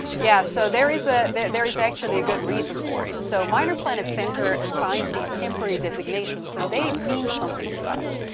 yeah so there is ah there is actually a good reason for it, so minor planet center assigns these temporary designations and they mean something to us.